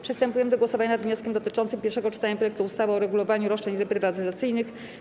Przystępujemy do głosowania nad wnioskiem dotyczącym pierwszego czytania projektu ustawy o uregulowaniu roszczeń reprywatyzacyjnych.